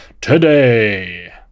today